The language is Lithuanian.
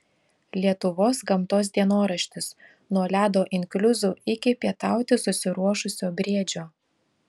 lietuvos gamtos dienoraštis nuo ledo inkliuzų iki pietauti susiruošusio briedžio